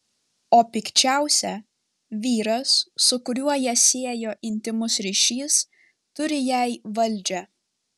o pikčiausia vyras su kuriuo ją siejo intymus ryšys turi jai valdžią